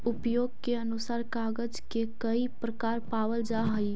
उपयोग के अनुसार कागज के कई प्रकार पावल जा हई